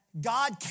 God